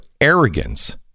arrogance